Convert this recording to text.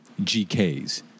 GKS